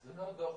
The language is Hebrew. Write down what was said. זה לא דוח